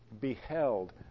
beheld